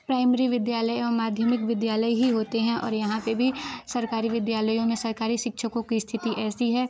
primary विद्यालय एवं माध्यमिक विद्यालय ही होते हैं और यहाँ पेर भी सरकारी विद्यालयों में सरकारी शिक्षकों की स्थिति ऐसी है